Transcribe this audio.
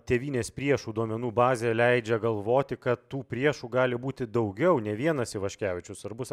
tėvynės priešų duomenų bazė leidžia galvoti kad tų priešų gali būti daugiau nei vienas ivaškevičius svarbus